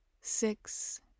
six